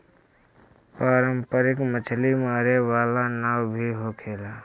पारंपरिक मछरी मारे वाला नाव भी होखेला